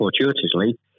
fortuitously